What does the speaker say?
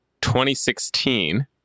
2016